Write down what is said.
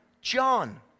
John